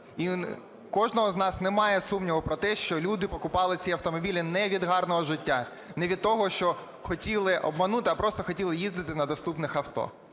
У кожного із нас немає сумніву про те, що люди купували ці автомобілі не від гарного життя. Не від того, що хотіли обманули, а просто хотіли їздити на доступних авто.